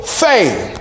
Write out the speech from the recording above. faith